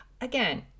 Again